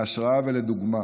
להשראה ולדוגמה.